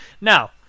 Now